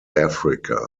africa